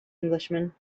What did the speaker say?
englishman